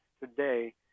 today